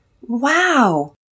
Wow